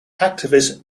activist